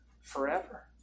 forever